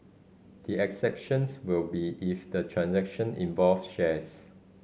the exceptions will be if the transaction involved shares